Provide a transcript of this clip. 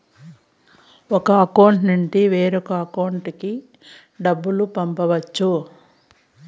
ఒక అకౌంట్ నుండి వేరొక అకౌంట్ లోకి డబ్బులు పంపించవచ్చు